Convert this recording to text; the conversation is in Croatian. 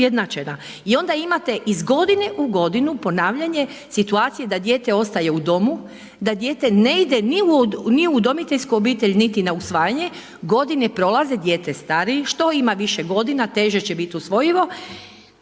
I onda imate iz godine u godinu ponavljanje situacije da dijete ostaje u domu, da dijete ne ide ni u udomiteljsku obitelj niti na usvajanje, godine prolaze, dijete stari, što ima više godina, teže će biti usvojivo,